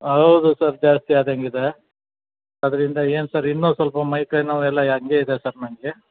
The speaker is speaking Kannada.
ಹೌದು ಸರ್ ಜಾಸ್ತಿ ಆದಂಗಿದೆ ಅದರಿಂದ ಏನು ಸರ್ ಇನ್ನೂ ಸ್ವಲ್ಪ ಮೈಕೈ ನೋವು ಎಲ್ಲ ಹಾಗೆ ಇದೆ ಸರ್ ನನಗೆ